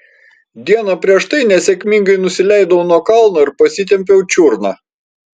dieną prieš tai nesėkmingai nusileidau nuo kalno ir pasitempiau čiurną